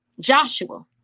Joshua